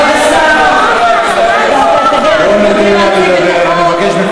כבוד השר, אני מבקש.